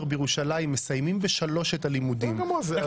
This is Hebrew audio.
בירושלים מסיימים ב-15:00 את הלימודים היום.